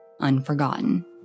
unforgotten